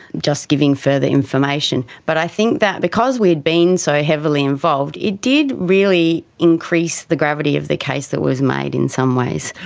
just giving further information. but i think that because we had been so heavily involved it did really increase the gravity of the case that was made in some ways.